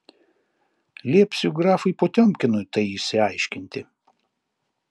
liepsiu grafui potiomkinui tai išsiaiškinti